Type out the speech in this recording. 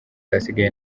ahasigaye